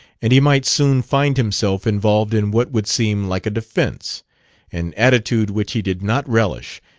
and he might soon find himself involved in what would seem like a defense an attitude which he did not relish,